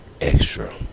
extra